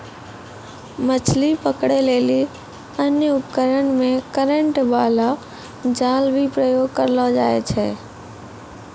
मछली पकड़ै लेली अन्य उपकरण मे करेन्ट बाला जाल भी प्रयोग करलो जाय छै